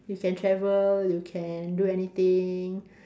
you can travel you can do anything